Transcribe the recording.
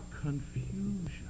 confusion